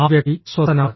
ആ വ്യക്തി അസ്വസ്ഥനാണ്